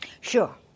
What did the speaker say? Sure